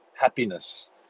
happiness